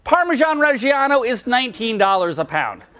parmesan-reggiano is nineteen dollars a pound.